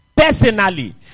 Personally